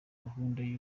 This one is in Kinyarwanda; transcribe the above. gahunda